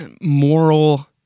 moral